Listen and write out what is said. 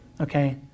okay